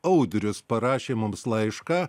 audrius parašė mums laišką